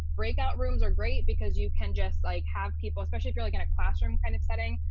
breakout rooms are great because you can just like have people especially if you're like in a classroom kind of setting.